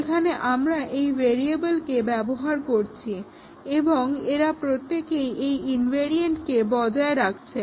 যেখানে আমরা এই ভেরিয়েবলকে ব্যবহার করছি এবং এরা প্রত্যেকেই এই ইনভারিয়ান্টকে বজায় রাখছে